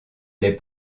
les